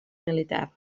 militar